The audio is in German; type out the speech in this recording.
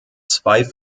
zwei